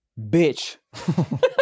bitch